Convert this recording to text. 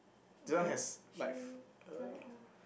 okay should be correct ah